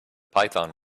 python